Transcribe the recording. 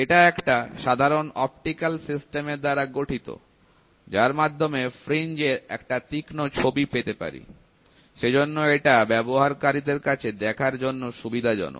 এটা একটা সাধারণ অপটিক্যাল সিস্টেমে দ্বারা গঠিত যার মাধ্যমে ফ্রিঞ্জ এর একটা তীক্ষ্ণ ছবি পেতে পারি সেজন্য এটা ব্যবহারকারীদের কাছে দেখার জন্য সুবিধাজনক